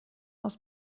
aus